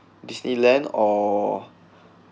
Disneyland or